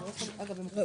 בבקשה.